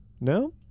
No